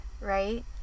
right